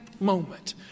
moment